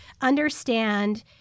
understand